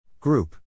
Group